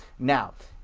now,